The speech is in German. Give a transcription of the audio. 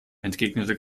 entgegnete